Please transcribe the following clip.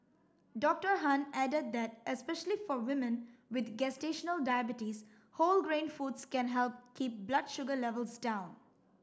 Doctor Han added that especially for women with gestational diabetes whole grain foods can help keep blood sugar levels down